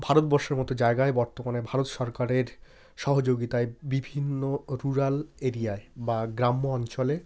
ভারতবষ্যের মতো জায়গায় বর্তমানে ভারত সরকারের সহযোগিতায় বিভিন্ন রুরাল এরিয়ায় বা গ্রাম্য অঞ্চলে